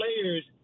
players